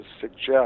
suggest